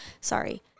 sorry